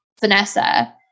Vanessa